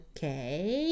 Okay